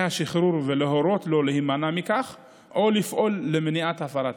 השחרור ולהורות לו להימנע מכך או לפעול למניעת הפרתם.